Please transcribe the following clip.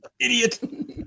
idiot